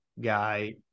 guy